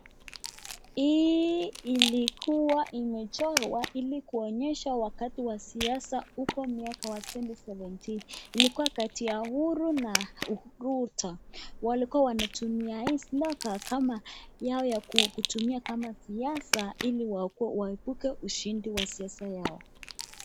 Hii ilikua imechorwa ili kuonyeshwa wakati wa siasa uko mwaka wa 2017. Ilikua kati ya Uhuru na Ruto. Walikua wanatumia hizo logo kama yao ya kutumia kama siasa ili waibuke ushindi wa siasa yao.